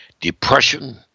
Depression